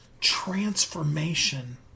transformation